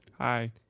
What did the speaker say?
hi